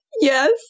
Yes